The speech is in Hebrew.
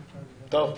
טוב.